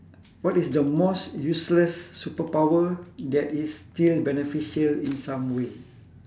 what is the most useless superpower that is still beneficial in some way